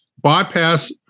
bypass